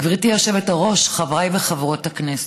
גברתי היושבת-ראש, חברי וחברות הכנסת,